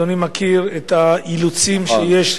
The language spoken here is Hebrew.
בוודאי, אבל אדוני מכיר את האילוצים שיש,